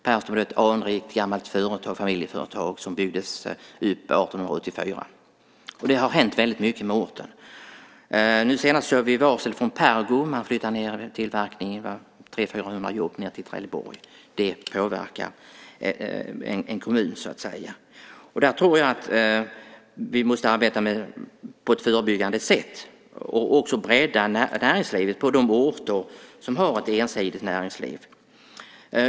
Perstorp är ett anrikt gammalt familjeföretag som byggdes upp 1884. Det har hänt väldigt mycket med orten. Nu senast hade vi varslet från Pergo. Man flyttar ned tillverkningen och 300-400 jobb till Trelleborg. Det påverkar en kommun. Där tror jag att vi måste arbeta på ett förebyggande sätt och också bredda näringslivet på de orter som har ett ensidigt näringsliv.